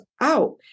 out